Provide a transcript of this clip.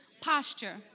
posture